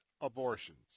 abortions